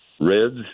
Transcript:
Red's